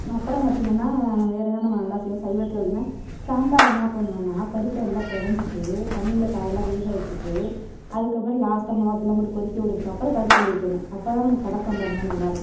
அப்புறம் பார்த்திங்கனா வேறு என்னெனமா நல்லா செய்வேன் சைவத்தில் பார்த்திங்கனா சாம்பார் என்ன பண்ணுவேன்னால் பருப்பை நல்லா கடஞ்சிட்டு தண்ணியில் காயெல்லாம் வேக வச்சுட்டு அதுக்கப்புறம் லாஸ்ட்டாக மிளவா தூளெலாம் போட்டு கொதிக்கவிட்டதுக்கு அப்புறம் பருப்பள்ளி ஊற்றணும் அப்போ தான் நமக்கு கடை சாம்பார் மாதிரி நல்லாயிருக்கும்